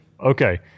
Okay